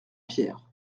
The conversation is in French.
pierre